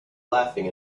laughing